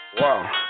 Wow